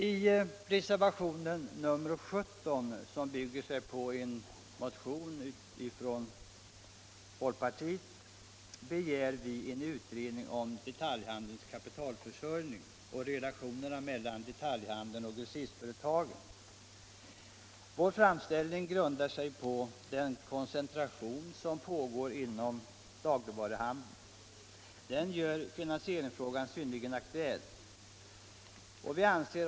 I reservationen 17, som bygger på en motion från folkpartiet, begär mittenpartiernas representanter i utskottet en utredning om detaljhandelns kapitalförsörjning och relationerna mellan detaljhandeln och grossistföretagen. Den koncentrationsprocess som pågår inom dagligvaruhandeln gör finansieringsfrågan synnerligen aktuell.